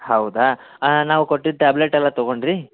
ಹೌದಾ ನಾವು ಕೊಟ್ಟಿದ್ದ ಟ್ಯಾಬ್ಲೆಟ್ ಎಲ್ಲ ತಗೊಂಡ್ರಾ